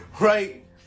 right